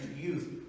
youth